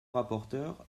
rapporteur